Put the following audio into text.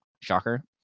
Shocker